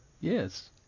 Yes